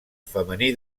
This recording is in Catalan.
femení